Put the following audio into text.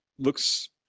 looks